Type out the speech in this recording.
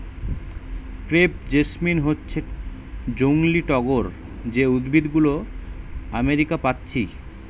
crepe jasmine হচ্ছে জংলি টগর যে উদ্ভিদ গুলো আমেরিকা পাচ্ছি